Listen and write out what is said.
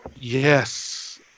yes